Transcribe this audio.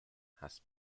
has